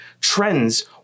trends